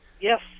yes